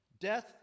Death